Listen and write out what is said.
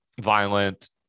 violent